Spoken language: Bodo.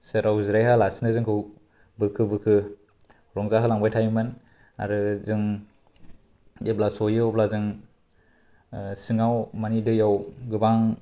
सियाराव जिरायहोआलासे जोंखौ बोखो बोखो रंजाहोलांबाय थायोमोन आरो जों जेब्ला सहैयो अब्ला जों सिङाव माने दैआव गोबां